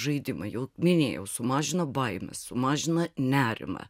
žaidimai jau minėjau sumažina baimes sumažina nerimą